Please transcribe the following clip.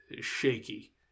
shaky